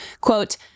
quote